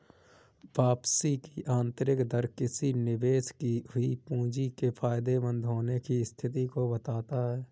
वापसी की आंतरिक दर किसी निवेश की हुई पूंजी के फायदेमंद होने की स्थिति को बताता है